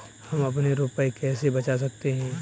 हम अपने रुपये कैसे बचा सकते हैं?